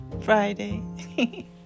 Friday